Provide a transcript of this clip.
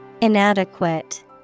Inadequate